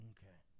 Okay